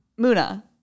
Muna